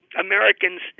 Americans